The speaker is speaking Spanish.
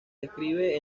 describe